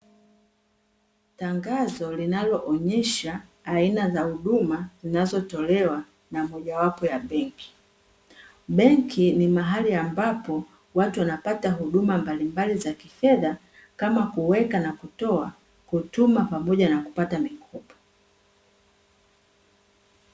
Tangazo linaloonesha aina za huduma zinazotolewa na mojawapo ya benki. Benki ni mahali ambapo watu wanapata huduma mbalimbali za kifedha kama, kuweka na kutoa, kutuma pamoja na kupata mikopo.